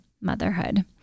motherhood